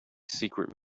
secret